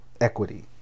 equity